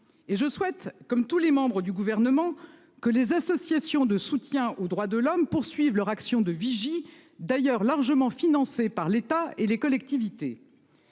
Je souhaite, comme tous les membres du Gouvernement, que les associations de soutien aux droits de l'homme poursuivent leur action de vigie, d'ailleurs largement financée par l'État et les collectivités.